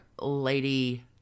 lady